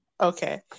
Okay